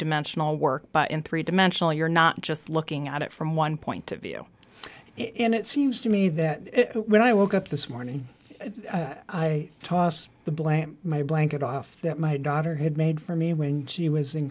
dimensional work in three dimensional you're not just looking at it from one point of view it seems to me that when i woke up this morning i tossed the blame my blanket off that my daughter had made for me when she was in